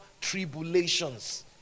tribulations